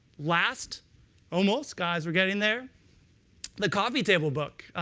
last almost, guys, we're getting there the coffee table book.